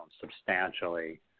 substantially